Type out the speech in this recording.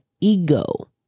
ego